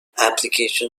application